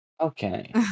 Okay